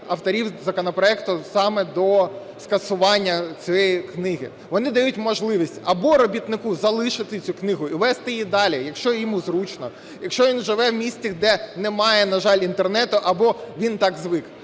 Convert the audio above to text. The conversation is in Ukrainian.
авторів законопроекту саме до скасування цієї книги. Вони дають можливість або робітнику залишити цю книгу і вести її далі, якщо йому зручно, якщо він живе в місті, де немає, на жаль, Інтернету або він так звик.